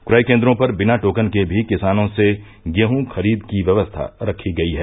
क्रय केन्द्रों पर बिना टोकन के भी किसानों से गेहूँ खरीद की व्यवस्था रखी गई है